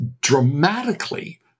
dramatically